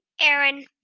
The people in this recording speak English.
Aaron